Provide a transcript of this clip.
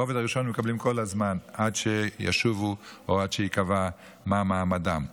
את הרובד הראשון מקבלים כל הזמן עד שישובו או עד שייקבע מה מעמדם.